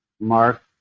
Mark